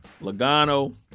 Logano